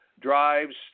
drives